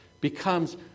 becomes